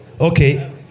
Okay